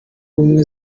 ubumwe